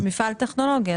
מפעל טכנולוגי.